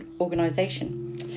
organization